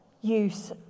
use